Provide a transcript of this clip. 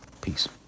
peace